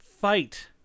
fight